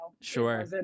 Sure